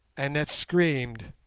annette screamed.